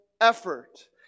effort